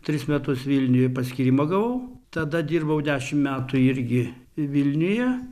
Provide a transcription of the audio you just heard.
tris metus vilniuje paskyrimą gavau tada dirbau dešimt metų irgi vilniuje